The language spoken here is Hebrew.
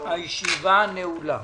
הישיבה נעולה.